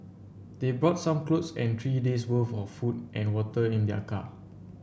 they brought some clothes and three days' worth of food and water in their car